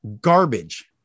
garbage